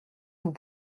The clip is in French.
vous